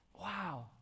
Wow